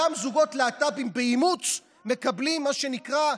גם זוגות להט"בים באימוץ מקבלים ילדים, מה שנקרא,